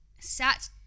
sat